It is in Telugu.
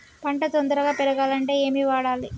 పంట తొందరగా పెరగాలంటే ఏమి వాడాలి?